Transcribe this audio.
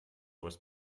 was